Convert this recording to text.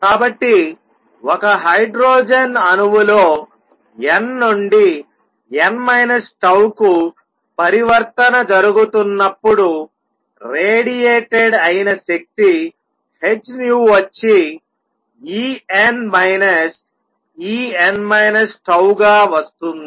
కాబట్టి ఒక హైడ్రోజన్ అణువులో n నుండి n τ కు పరివర్తన జరుగుతున్నప్పుడు రేడియేటెడ్ అయిన శక్తి h వచ్చి En En τ గా వస్తుంది